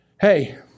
hey